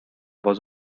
was